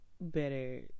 better